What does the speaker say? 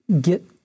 get